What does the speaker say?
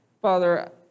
Father